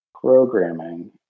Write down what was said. programming